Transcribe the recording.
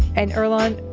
and earlonne,